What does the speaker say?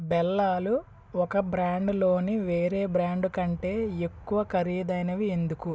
బెల్లాలు ఒక బ్రాండ్లోని వేరే బ్రాండు కంటే ఎక్కువ ఖరీదైనవి ఎందుకు